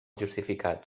justificat